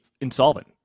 insolvent